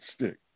stick